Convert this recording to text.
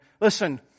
listen